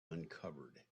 uncovered